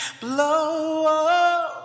blow